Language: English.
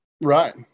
Right